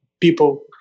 people